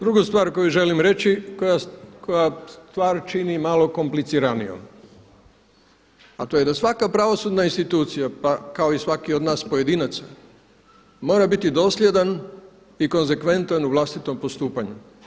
Drugu stvar koju želim reći koja stvar čini malo kompliciranijom a to je da svaka pravosudna institucija kao i svaki od nas pojedinaca mora biti dosljedan i konzekventan u vlastitom postupanju.